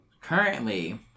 currently